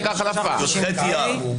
י"ח אייר.